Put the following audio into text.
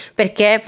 perché